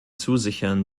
zusichern